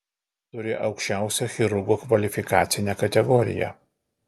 turi aukščiausią chirurgo kvalifikacinę kategoriją